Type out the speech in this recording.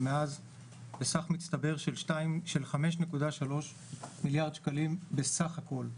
ומאז בסכום מצטבר של 5.3 מיליארד שקלים בסך הכול: